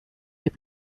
est